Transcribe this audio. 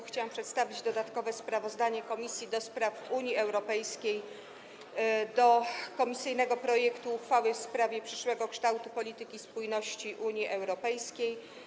Chciałam przedstawić dodatkowe sprawozdanie Komisji do Spraw Unii Europejskiej o komisyjnym projekcie uchwały w sprawie przyszłego kształtu polityki spójności w Unii Europejskiej.